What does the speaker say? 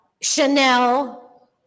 Chanel